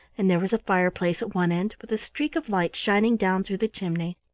and there was a fireplace at one end with a streak of light shining down through the chimney.